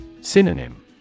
Synonym